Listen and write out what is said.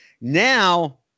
Now